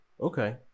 Okay